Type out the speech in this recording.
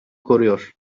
koruyor